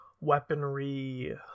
weaponry